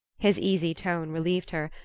his easy tone relieved her,